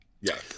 Yes